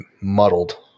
muddled